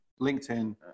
LinkedIn